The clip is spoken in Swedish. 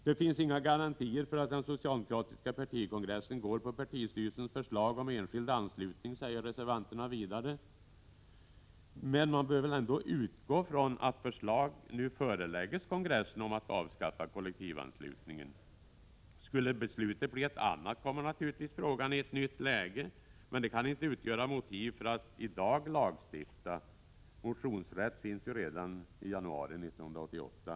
Det finns inga garantier för att den socialdemokratiska partikongressen går på partistyrelsens förslag om enskild anslutning, säger reservanterna vidare. Vi bör dock utgå från att förslag föreläggs kongressen om ett avskaffande av kollektivanslutningen. Skulle beslutet bli ett annat kommer naturligtvis frågan i ett nytt läge, men detta kan inte utgöra motiv för att i dag lagstifta. Motionsrätt finns ju redan i januari 1988.